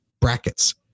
brackets